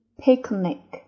picnic